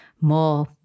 more